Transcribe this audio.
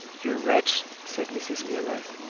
you wretch! said mrs. milroy.